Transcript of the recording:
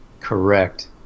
Correct